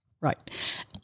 Right